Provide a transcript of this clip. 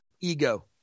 ego